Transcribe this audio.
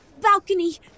Balcony